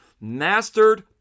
mastered